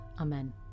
Amen